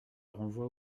renvoi